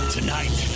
Tonight